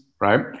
right